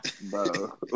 Bro